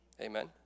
amen